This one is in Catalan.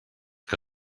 que